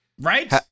Right